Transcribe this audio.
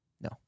No